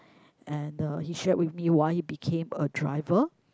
and uh he shared with me why he became a driver